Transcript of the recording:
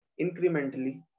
incrementally